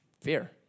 Fear